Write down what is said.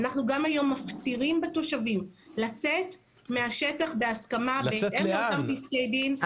אנחנו גם היום מפצירים בתושבים לצאת מהשטח בהסכמה בהתאם לאותם פסקי דין,